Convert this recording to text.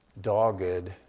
dogged